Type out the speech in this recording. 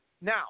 now